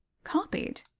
copied?